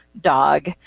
Dog